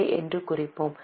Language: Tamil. ஏ என்று குறிப்போம்